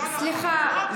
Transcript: לא,